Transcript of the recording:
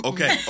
Okay